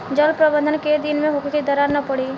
जल प्रबंधन केय दिन में होखे कि दरार न पड़ी?